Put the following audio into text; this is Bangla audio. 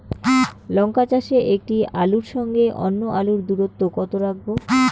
লঙ্কা চাষে একটি আলুর সঙ্গে অন্য আলুর দূরত্ব কত রাখবো?